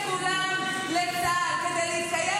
אם לא נגייס את כולם לצה"ל כדי להתקיים,